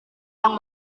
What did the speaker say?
yang